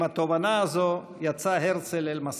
עם התובנה הזו יצא הרצל אל מסעו.